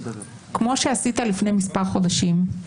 כמו שעשית לפני מספר חודשים.